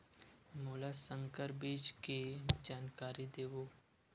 मोला संकर बीज के जानकारी देवो?